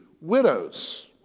widows